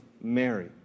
Mary